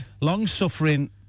Long-suffering